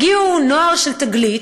הגיעו נוער של תגלית,